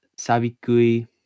sabikui